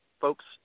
folks